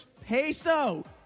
Peso